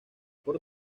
por